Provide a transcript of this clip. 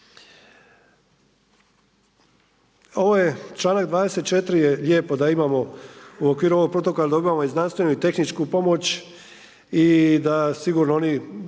Ovo je čl.24. je lijepo da imamo u okviru ovog protokola, da dobijemo i znanstvenu i tehničku pomoć i da sigurno oni